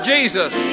Jesus